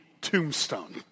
tombstone